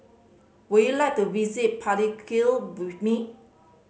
would you like to visit Palikir with me